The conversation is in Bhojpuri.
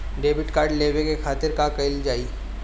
डेबिट कार्ड लेवे के खातिर का कइल जाइ?